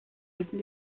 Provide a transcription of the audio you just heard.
helfen